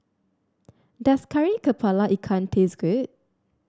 does Kari kepala Ikan taste good